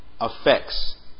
affects